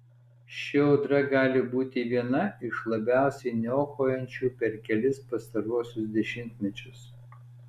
ši audra gali būti viena iš labiausiai niokojančių per kelis pastaruosius dešimtmečius